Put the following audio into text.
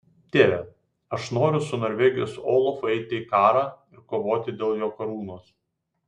tėve aš noriu su norvegijos olafu eiti į karą ir kovoti dėl jo karūnos